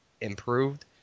improved